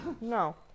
No